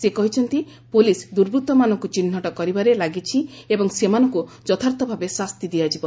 ସେ କହିଛନ୍ତି ପୁଲିସ୍ ଦୁର୍ବୃତ୍ତମାନଙ୍କୁ ଚିହ୍ନଟ କରିବାରେ ଲାଗିଛି ଏବଂ ସେମାନଙ୍କୁ ଯଥାର୍ଥଭାବେ ଶାସ୍ତି ଦିଆଯିବ